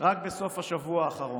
רק בסוף השבוע האחרון.